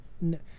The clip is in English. no